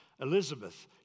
Elizabeth